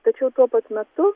tačiau tuo pat metu